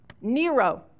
Nero